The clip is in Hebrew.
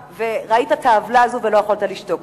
וראית את העוולה הזאת ולא יכולת לשתוק.